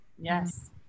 yes